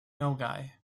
nogai